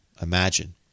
imagine